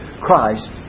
Christ